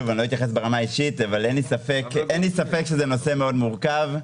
ברמה האישית אבל אין לי ספק שזה נושא מורכב מאוד,